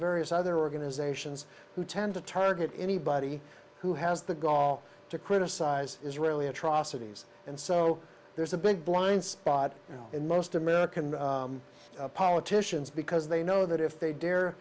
various other organizations who tend to target anybody who has the gall to criticize israeli atrocities and so there's a big blind spot in most american politicians because they know that if they dare